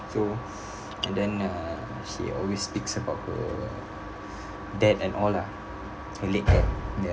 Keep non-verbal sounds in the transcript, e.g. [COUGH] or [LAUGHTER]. so [BREATH] and then uh she always speaks about her dad and all lah her late dad ya